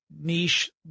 niche